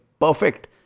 perfect